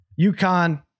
UConn